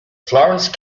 florence